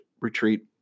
retreat